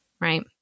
right